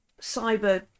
cyber